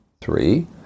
Three